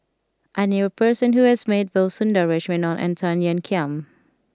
I knew a person who has met both Sundaresh Menon and Tan Ean Kiam